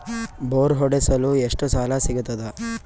Bore ಹೊಡೆಸಲು ಎಷ್ಟು ಸಾಲ ಸಿಗತದ?